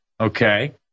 okay